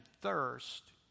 thirst